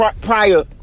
prior